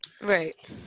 Right